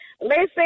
Listen